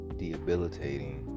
debilitating